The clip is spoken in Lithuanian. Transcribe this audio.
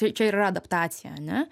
tai čia ir yra adaptacija ane